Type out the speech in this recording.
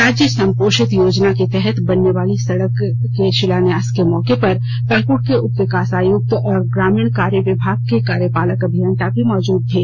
राज्य संपोशित योजना के तहत बनने वाली इस सड़क के शिलान्यास के मौके पर पाकुड़ के उपविकास आयुक्त और ग्रामीण कार्य विभाग के कार्यपालक अभियंता भी मौजूद थे